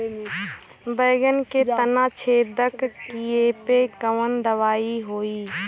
बैगन के तना छेदक कियेपे कवन दवाई होई?